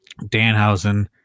Danhausen